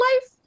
life